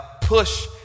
push